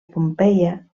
pompeia